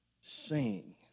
sing